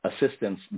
assistance